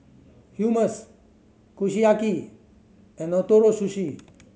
Hummus Kushiyaki and Ootoro Sushi